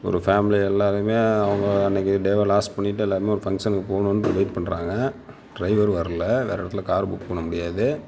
ஒரு ஃபேமிலி எல்லாருமே அவங்க அன்னக்கு டேவை லாஸ் பண்ணிவிட்டு எல்லாருமே ஒரு ஃபங்ஷனுக்கு போணும்ன்னு வெயிட் பண்ணுறாங்க டிரைவர் வரல வேறு இடத்துல கார் புக் பண்ண முடியாது